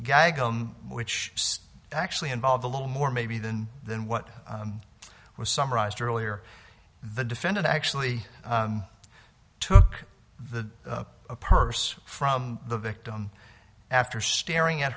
gaggle which actually involve a little more maybe than than what was summarized earlier the defendant actually took the purse from the victim after staring at